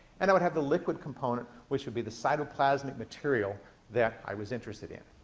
and i would have the liquid component, which would be the cytoplasmic material that i was interested in.